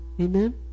Amen